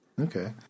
Okay